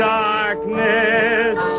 darkness